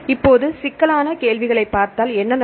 இப்போது சிக்கலான கேள்விகளைப் பார்த்தால் என்ன நடக்கும்